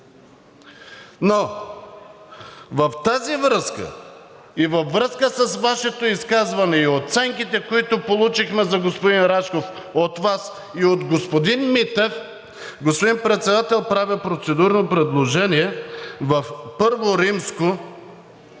Но в тази връзка и във връзка с Вашето изказване и с оценките, които получихме за господин Рашков от Вас и от господин Митев, господин Председател, правя процедурно предложение в I. 1.